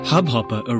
Hubhopper